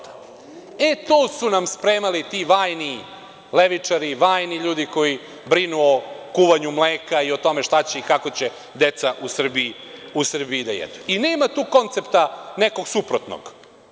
To su nam spremali ti vajni levičari, vajni ljudi koji brinu o kuvanju mleka i o tome šta će i kako će deca u Srbiji da jedu i nema tu koncepta, nekog suprotnog.